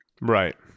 right